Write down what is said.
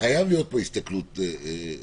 חייבת להיות פה הסתכלות כוללת.